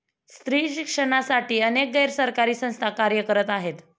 स्त्री शिक्षणासाठी अनेक गैर सरकारी संस्था कार्य करत आहेत